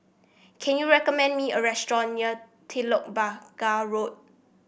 can you recommend me a restaurant near Telok Blangah Road